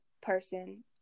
person